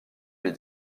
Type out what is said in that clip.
mes